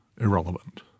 irrelevant